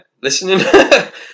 listening